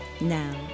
Now